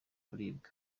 kuribwa